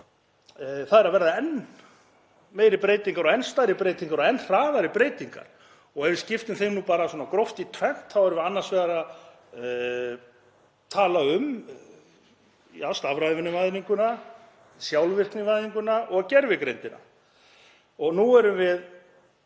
það eru að verða enn meiri breytingar og enn stærri breytingar og enn hraðari breytingar. Ef við skiptum þeim bara gróft í tvennt þá erum við annars vegar að tala um stafrænu væðinguna, sjálfvirknivæðingu, og hins vegar gervigreindina. Og nú erum við